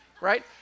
right